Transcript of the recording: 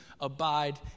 abide